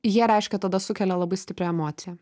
jie reiškia tada sukelia labai stiprią emociją